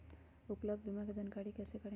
उपलब्ध बीमा के जानकारी कैसे करेगे?